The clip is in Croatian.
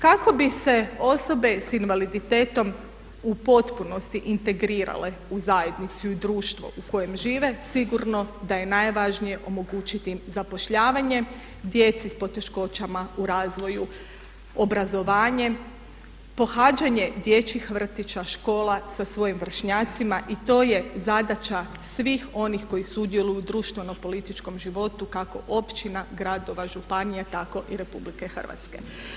Kako bi se osobe s invaliditetom u potpunosti integrirale u zajednicu i u društvo u kojem žive sigurno da je najvažnije omogućiti im zapošljavanje, djeci s poteškoćama u razvoju obrazovanje, pohađanje dječjih vrtića, škola sa svojim vršnjacima i to je zadaća svih onih koji sudjeluju u društveno-političkom životu kako općina, gradova, županija tako i RH.